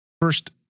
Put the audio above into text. first